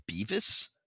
Beavis